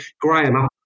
Graham